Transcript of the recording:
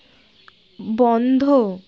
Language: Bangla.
বন্ধ